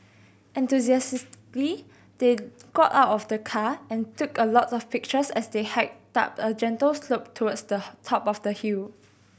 enthusiastically they got out of the car and took a lot of pictures as they hiked up a gentle slope towards the top of the hill